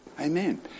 Amen